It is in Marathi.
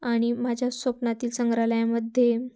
आणि माझ्या स्वप्नातील संग्रहालयामध्ये